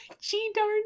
G-darn